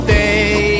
day